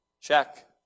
check